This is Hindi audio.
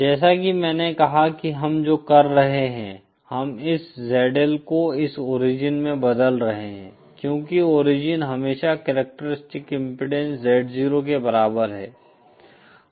जैसा कि मैंने कहा कि हम जो कर रहे हैं हम इस ZL को इस ओरिजिन में बदल रहे हैं क्योंकि ओरिजिन हमेशा कॅरक्टरिस्टीक्स इम्पीडेन्स Z0 के बराबर है